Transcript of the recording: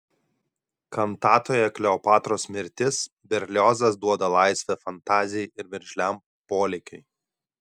kantatoje kleopatros mirtis berliozas duoda laisvę fantazijai ir veržliam polėkiui